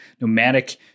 nomadic